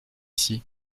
ici